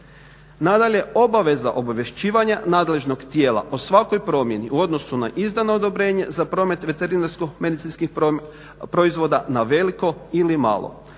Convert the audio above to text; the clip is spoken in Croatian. Nadalje, obaveza obavješćivanja nadležnog tijela o svakoj promjeni u odnosu na izdano odobrenje za promet veterinarsko-medicinskih proizvoda na veliko ili malo.